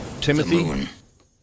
Timothy